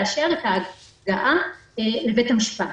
לאשר את ההגעה לבית המשפט.